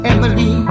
Emily